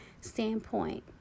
standpoint